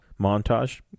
montage